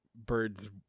birds